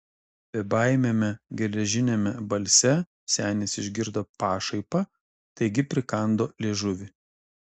bebaimiame geležiniame balse senis išgirdo pašaipą taigi prikando liežuvį